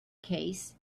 case